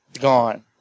gone